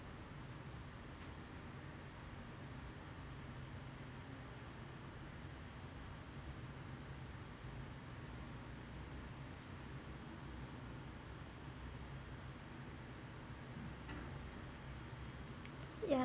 yeah